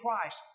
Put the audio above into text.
Christ